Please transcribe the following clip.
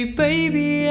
baby